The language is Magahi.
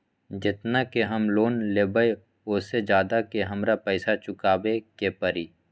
जेतना के हम लोन लेबई ओ से ज्यादा के हमरा पैसा चुकाबे के परी?